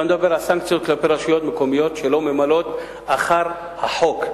אתה מדבר על סנקציות כלפי רשויות מקומיות שלא ממלאות אחר החוק.